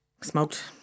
Smoked